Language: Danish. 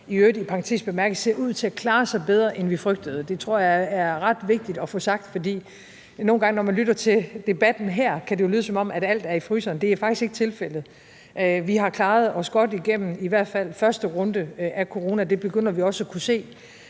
i øvrigt – i parentes bemærket – ser ud til at klare sig bedre, end vi frygtede. Det tror jeg er ret vigtigt at få sagt, for nogle gange, når man lytter til debatten her, kan det jo lyde, som om alt er i fryseren, men det er faktisk ikke tilfældet. Vi har klaret os godt igennem i hvert fald første runde af corona. Det begynder vi også at kunne se